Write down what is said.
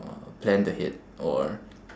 uh planned ahead or